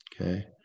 Okay